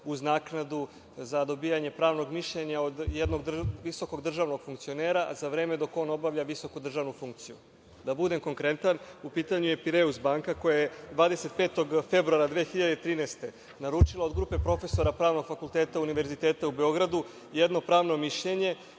uz naknadu za dobijanje pravnog mišljenja od jednog visokog državnog funkcionera, a za vreme dok on obavlja visoku državnu funkciju. Da budem konkretan, u pitanju je Pireus banka koja je 25. februara 2013. godine naručila od grupe profesora Pravnog fakulteta Univerziteta u Beogradu jedno pravno mišljenje,